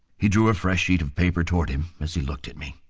he drew a fresh sheet of paper toward him as he looked at me.